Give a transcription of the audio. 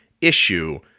issue